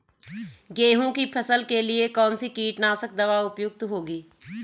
गेहूँ की फसल के लिए कौन सी कीटनाशक दवा उपयुक्त होगी?